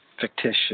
fictitious